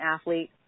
athlete